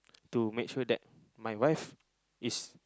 to make sure that my wife is